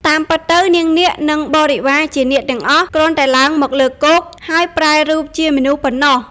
តាមពិតទៅ នាងនាគ និងបរិវារជានាគទាំងអស់ គ្រាន់តែឡើងមកលើគោក ហើយប្រែរូបជាមនុស្សប៉ុណ្ណោះ។